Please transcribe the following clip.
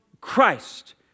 Christ